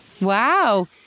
Wow